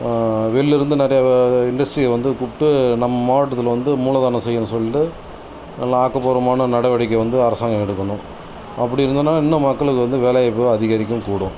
வெளில இருந்து நிறையா இண்டஸ்ட்ரீஸ் வந்து கூப்பிட்டு நம் மாவட்டத்தில் வந்து மூலதனம் செய்யணும் சொல்லிகிட்டு நல்ல ஆக்கப்பூர்வமான நடவடிக்கை வந்து அரசாங்கம் எடுக்கணும் அப்படி இருந்ததுன்னால் இன்னும் மக்களுக்கு வந்து வேலைவாய்ப்பு அதிகரிக்கும் கூடும்